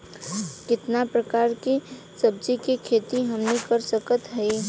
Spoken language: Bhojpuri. कितना प्रकार के सब्जी के खेती हमनी कर सकत हई?